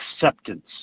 acceptance